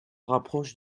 rapproche